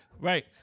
Right